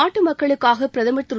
நாட்டு மக்களுக்காக பிரதமர் திரு